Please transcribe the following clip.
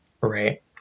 Right